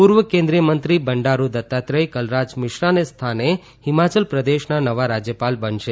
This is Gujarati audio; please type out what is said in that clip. પૂર્વ કેન્દ્રીય મંત્રી બંડારૂ દત્તાત્રય કલરાજ મિશ્રાને સ્થાને હિમાચલ પ્રદેશના નવા રાજ્યપાલ બનશે